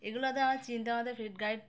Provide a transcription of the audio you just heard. এগুলোতে আমার চিন্তা আমাদের ফিল্ড গাইড